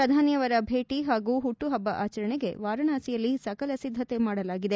ಪ್ರಧಾನಿಯವರ ಭೇಟಿ ಹಾಗೂ ಹುಟ್ಟುಹಬ್ಬ ಆಚರಣೆಗೆ ವಾರಣಾಸಿಯಲ್ಲಿ ಸಕಲ ಸಿದ್ಧತೆ ಮಾಡಲಾಗಿದೆ